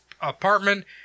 apartment